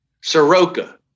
Soroka